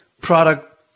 product